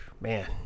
Man